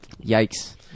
Yikes